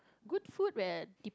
good food